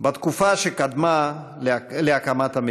בתקופה שקדמה להקמת המדינה.